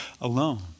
alone